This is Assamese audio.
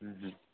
ও ও